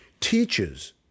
teaches